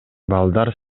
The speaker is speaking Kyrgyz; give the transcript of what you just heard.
балдар